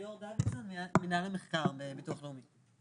שמי ליאור דוידסון ממנהל המחקר בביטוח לאומי.